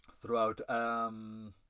throughout